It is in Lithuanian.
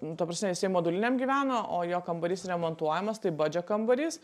nu ta prasme jisai moduliniam gyvena o jo kambarys remontuojamas tai badžio kambarys